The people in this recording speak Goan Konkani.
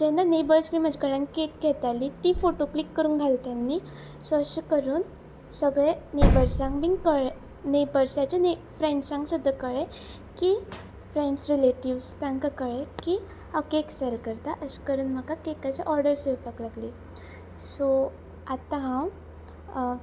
जेन्ना नेबर्स बीन म्हजे कडल्यान केक घेताली ती फोटो क्लिक करूंक घालत तेणी सो अशें करून सगळे नेबर्सांक बी कळ नेबर्साच्या ने फ्रेंड्सांक सुद्दा कळ्ळे की फ्रेंड्स रिलेटीव्स तांकां कळें की हांव केक सॅल करता अशें करून म्हाका केकाची ऑर्डर येवपाक लागली सो आतां हांव